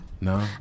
No